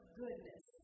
goodness